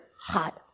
hot